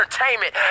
entertainment